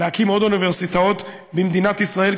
להקים עוד אוניברסיטאות במדינת ישראל,